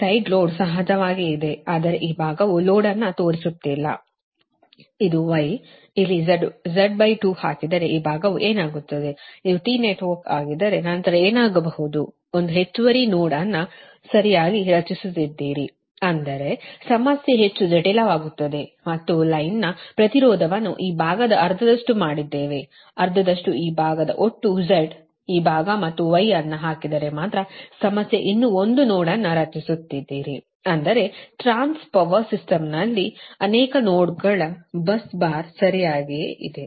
ಈ side load ಸಹಜವಾಗಿ ಇದೆ ಆದರೆ ಈ ಭಾಗವು ಲೋಡ್ ಅನ್ನು ತೋರಿಸುತ್ತಿಲ್ಲ ಇದು Y ಇಲ್ಲಿ Z2 ಹಾಕಿದರೆ ಈ ಭಾಗವು ಏನಾಗುತ್ತದೆ ಅದು T ನೆಟ್ವರ್ಕ್ ಆಗಿದ್ದರೆ ನಂತರ ಏನಾಗಬಹುದು ಒಂದು ಹೆಚ್ಚುವರಿ ನೋಡ್ ಅನ್ನು ಸರಿಯಾಗಿ ರಚಿಸುತ್ತಿದ್ದೀರಿ ಅಂದರೆ ಸಮಸ್ಯೆ ಹೆಚ್ಚು ಜಟಿಲವಾಗುತ್ತದೆ ಮತ್ತು ಲೈನ್ನ ಪ್ರತಿರೋಧವನ್ನು ಈ ಭಾಗದ ಅರ್ಧದಷ್ಟು ಮಾಡಿದ್ದೇವೆ ಅರ್ಧದಷ್ಟು ಈ ಭಾಗದ ಒಟ್ಟು Z ಈ ಭಾಗ ಮತ್ತು Y ಅನ್ನು ಹಾಕಿದರೆ ಮಾತ್ರ ಸಮಸ್ಯೆ ಇನ್ನೂ ಒಂದು ನೋಡ್ ಅನ್ನು ರಚಿಸುತ್ತಿದ್ದೀರಿ ಅಂದರೆ ಟ್ರಾನ್ಸ್ ಪವರ್ ಸಿಸ್ಟಮ್ನಲ್ಲಿ ಅನೇಕ ನೋಡ್ಗಳ ಬಸ್ ಬಾರ್ ಸರಿಯಾಗಿಯೇ ಇದೆ